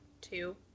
two